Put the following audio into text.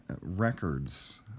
records